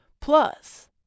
Plus